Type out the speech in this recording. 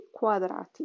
quadrati